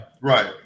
Right